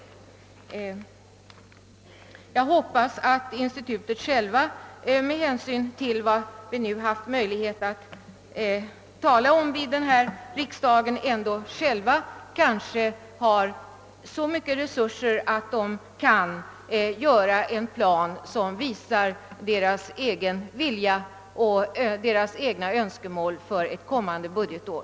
mere Jag hoppas att institutet självt, med hänsyn till vad vi nu haft möjlighet att tala om här i riksdagen, ändå har så mycket resurser att det kan göra upp en plan, som visar dess egen vilja och dess egna önskemål för ett kommande budgetår.